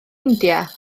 india